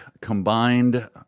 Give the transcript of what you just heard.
Combined